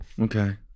Okay